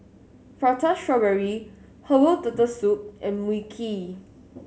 Prata Strawberry herbal Turtle Soup and Mui Kee